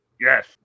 Yes